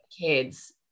kids